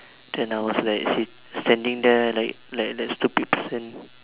then I was like sit standing there like stupid person